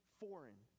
foreign